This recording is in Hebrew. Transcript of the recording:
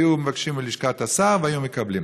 היו מבקשים בלשכת השר והיו מקבלים.